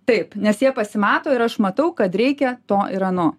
taip nes jie pasimato ir aš matau kad reikia to ir ano